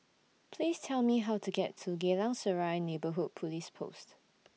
Please Tell Me How to get to Geylang Serai Neighbourhood Police Post